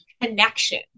connection